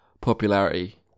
popularity